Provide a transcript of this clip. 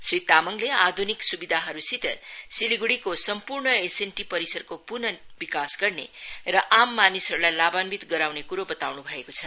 श्री तामाङले आधुनिक सुविधाहरूसित सिलीग्डीको सम्पूर्ण एसएनटि परिसरको प्नः विकास गर्ने र आम मानिसहरूलाई लाभान्वित गराउने क्रो बताउन् भएको छ